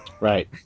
Right